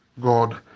God